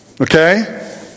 Okay